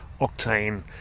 octane